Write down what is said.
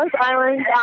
Island